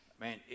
man